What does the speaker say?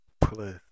plus